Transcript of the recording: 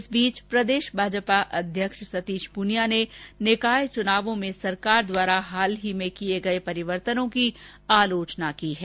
इस बीच प्रदेश भाजपा अध्यक्ष सतीश पूनिया ने निकाय चुनावों में सरकार द्वारा हाल ही में किये गये परिवर्तनों की आलोचना की है